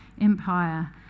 Empire